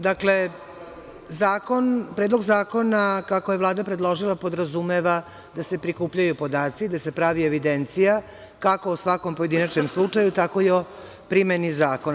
Dakle, Predlog zakona, kako je Vlada predložila, podrazumeva da se prikupljaju podaci, da se pravi evidencija, kako o svakom pojedinačnom slučaju, tako i o primeni zakona.